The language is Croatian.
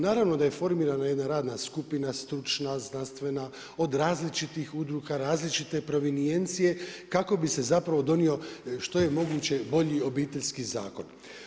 Naravno da je formirana jedna radna skupina stručna, znanstvena, od različitih udruga, različite provenijencije kako bi se donio što je moguće bolji Obiteljski zakon.